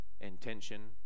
intention